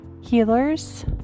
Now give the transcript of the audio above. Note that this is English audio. healers